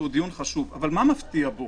אבל מה מפתיע בו